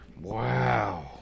Wow